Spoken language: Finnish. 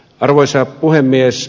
arvoisa puhemies